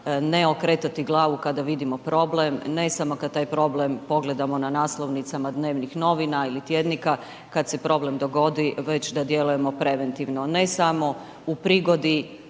ne okretati glavu kada vidimo problem, ne samo kad taj problem pogledamo na naslovnicama dnevnih novina ili tjednika, kad se problem dogodi, već da djelujemo preventivno. Ne samo u prigodi